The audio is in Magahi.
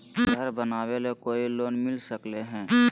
घर बनावे ले कोई लोनमिल सकले है?